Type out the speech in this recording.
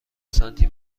سانتی